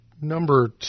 number